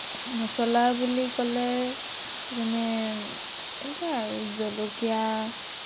মচলা বুলি ক'লে যেনে এইবিলাক আৰু জলকীয়া